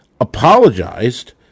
apologized